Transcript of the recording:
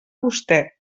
vostè